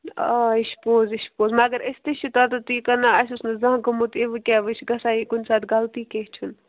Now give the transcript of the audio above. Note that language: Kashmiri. آ یہِ چھُ پوٚز یہِ چھُ پوٚز مگر أسۍ تہِ چھِ توٚتتھ تی کٕنان اَسہِ اوس نہٕ زانٛہہ گوٚمُت یہِ وۅنۍ کیٛاہ وۅنۍ چھُ گژھان یہِ کُنہِ ساتہٕ غلطی کیٚنٛہہ چھُنہٕ